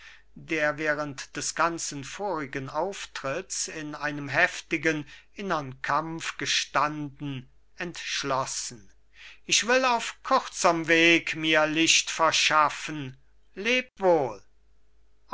der während des ganzen vorigen auftritts in einem heftigen innern kampf gestanden entschlossen ich will auf kürzerm weg mir licht verschaffen